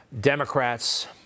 Democrats